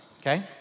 okay